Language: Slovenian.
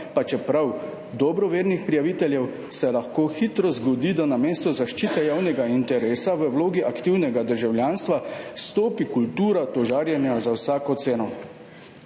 pa čeprav dobrovernih prijaviteljev, se lahko hitro zgodi, da namesto zaščite javnega interesa v vlogi aktivnega državljanstva stopi kultura tožarjenja za vsako ceno.«